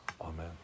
Amen